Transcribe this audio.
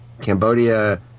Cambodia